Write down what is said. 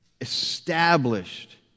Established